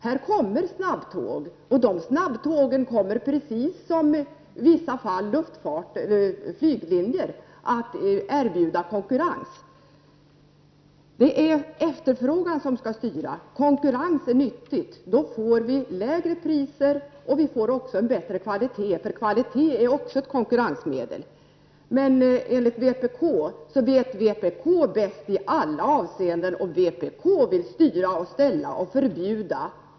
Här kommer snabbtåg, och de snabbtågen kommer precis som i vissa fall flyglinjer att erbjuda konkurrens. Det är efterfrågan som skall styra. Konkurrens är nyttigt, i och med den får vi lägre priser och också en bättre kvalitet. Kvalitet är nämligen också ett konkurrensmedel. Enligt vpk vet vpk bäst i alla avseenden, och vpk vill styra och ställa och förbjuda.